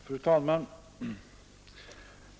Fru talman!